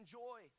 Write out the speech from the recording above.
joy